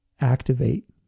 activate